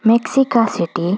Mexico city